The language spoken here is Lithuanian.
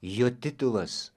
jo titulas